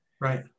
Right